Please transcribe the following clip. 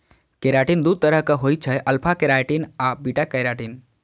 keratin दू तरहक होइ छै, अल्फा केराटिन आ बीटा केराटिन